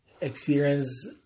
experience